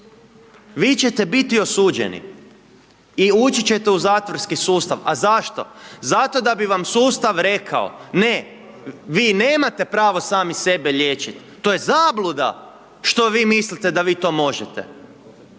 Vi ćete biti osuđeni i ući ćete u zatvorski sustav a zašto? Zato da bi vam sustav rekao ne, vi nemate pravo sami sebe liječiti, to je zabluda što vi mislite da vi to možete.